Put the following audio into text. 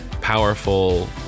powerful